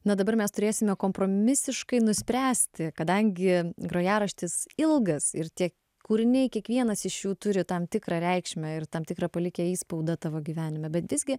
na dabar mes turėsime kompromisiškai nuspręsti kadangi grojaraštis ilgas ir tie kūriniai kiekvienas iš jų turi tam tikrą reikšmę ir tam tikrą palikę įspaudą tavo gyvenime bet visgi